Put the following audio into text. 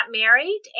married